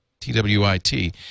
T-W-I-T